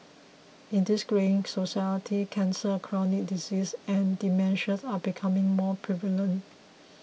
in this greying society cancer chronic disease and dementia are becoming more prevalent